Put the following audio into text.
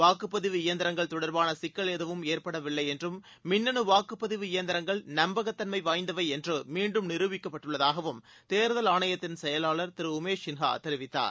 வாக்குப்பதிவு இயந்திரங்கள் தொடர்பான சிக்கல் எதுவும் ஏற்படவில்லை என்றும் மின்னனு வாக்குப்பதிவு இயந்திரங்கள் நம்பகத்தன்மை வாய்ந்தவை என்று மீண்டும் நிரூபிக்கப்பட்டுள்ளதாகவும் தேர்தல் ஆணையத்தின் செயலாளர் திரு உமேஷ் சின்ஹா தெரிவித்தார்